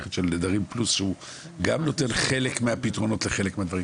המערכת של נדרים פלוס שהיא גם נותנת חלק מהפתרונות לחלק מהדברים,